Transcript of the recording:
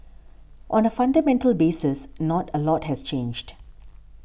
on a fundamental basis not a lot has changed